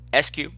SQ